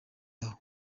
yaho